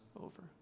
over